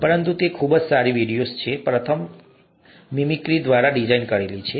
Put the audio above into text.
પરંતુ તે ખૂબ જ સારી વિડિઓઝ છે પ્રથમ એક મિમિક્રી દ્વારા ડિઝાઇન છે